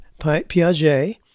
Piaget